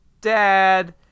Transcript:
dad